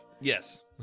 Yes